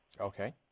Okay